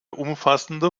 umfassende